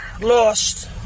lost